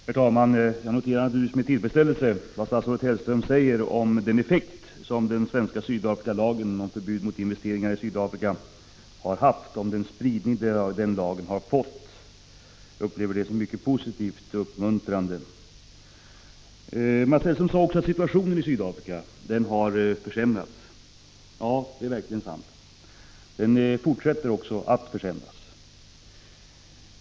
Herr talman! Jag noterar naturligtvis med tillfredsställelse vad statsrådet Hellström säger om den effekt som den svenska lagen om förbud mot investeringar i Sydafrika har haft och om den spridning lagen har fått. Jag upplever detta som mycket positivt och uppmuntrande. Mats Hellström sade också att situationen i Sydafrika har försämrats. Ja, det är verkligen sant. Den fortsätter också att försämras.